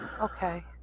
okay